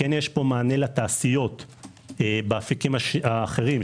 כן יש פה מענה לתעשיות באפיקים האחרים,